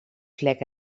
vlek